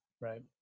Right